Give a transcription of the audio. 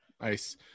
Nice